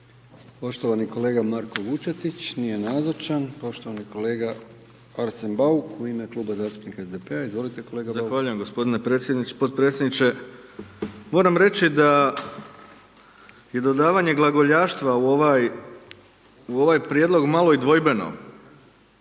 Poštovana kolega Marko Vučetić, nije nazočan. Poštovani kolega Arsen Bauk u ime Kluba zastupnika SDP-a, izvolite kolega Bauk. **Bauk, Arsen (SDP)** Zahvaljujem gospodine podpredsjedniče, moram reći da je dodavanje glagoljaštva u ovaj, u ovaj prijedlog malo i dvojbeno.